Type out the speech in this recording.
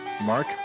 Mark